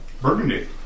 Burgundy